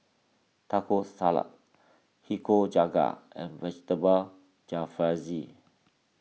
Taco Salad Nikujaga and Vegetable Jalfrezi